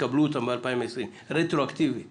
ותקבלו אותו ב-2020, רטרואקטיבית